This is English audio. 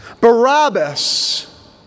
Barabbas